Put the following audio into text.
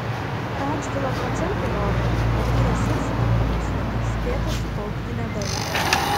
radžvilo procentai rodo kad tų resursų per tą pusmetį spėta sukaupti nedaug